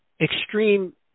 extreme